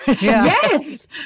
Yes